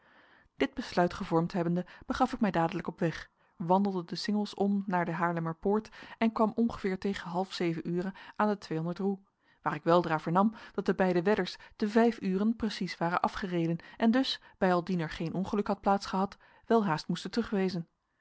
dit besluit gevormd hebbende begaf ik mij dadelijk op weg wandelde de singels om naar de haarlemmerpoort en kwam ongeveer tegen half zeven ure aan de tweehonderd roe waar ik weldra vernam dat de beide wedders te vijf uren precies waren afgereden en dus bijaldien er geen ongeluk had plaats gehad welhaast moesten